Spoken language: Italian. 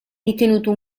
ritenuto